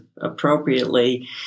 appropriately